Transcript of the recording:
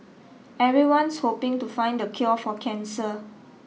everyone's hoping to find the cure for cancer